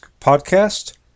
podcast